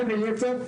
בין היתר,